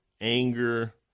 anger